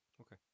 okay